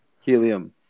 Helium